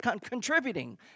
contributing